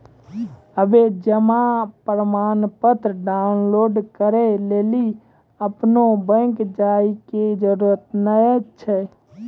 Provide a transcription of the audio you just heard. आबे जमा प्रमाणपत्र डाउनलोड करै लेली अपनो बैंक जाय के जरुरत नाय छै